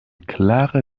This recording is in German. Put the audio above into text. klare